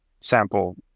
sample